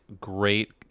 great